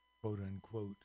quote-unquote